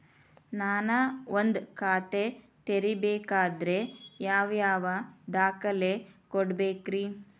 ನಾನ ಒಂದ್ ಖಾತೆ ತೆರಿಬೇಕಾದ್ರೆ ಯಾವ್ಯಾವ ದಾಖಲೆ ಕೊಡ್ಬೇಕ್ರಿ?